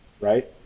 right